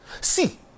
See